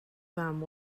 fam